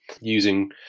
using